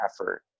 effort